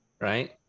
right